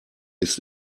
ist